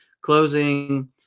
closing